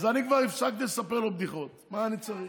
אז אני כבר הפסקתי לספר לו בדיחות, מה אני צריך?